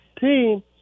team